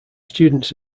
students